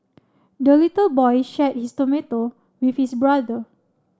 the little boy shared his tomato with his brother